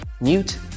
mute